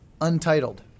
Untitled